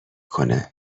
کنه